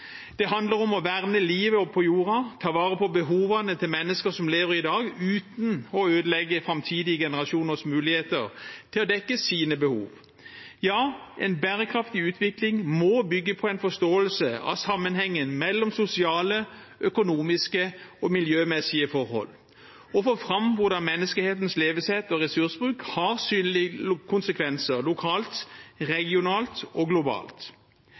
Det handler om å verne livet på jorda, ta vare på behovene til mennesker som lever i dag, uten å ødelegge framtidige generasjoners muligheter til å dekke sine behov. En bærekraftig utvikling må bygge på en forståelse av sammenhengen mellom sosiale, økonomiske og miljømessige forhold og få fram hvordan menneskehetens levesett og ressursbruk har synlige konsekvenser, lokalt, regionalt og globalt.